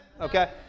Okay